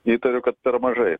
įtariu kad per mažai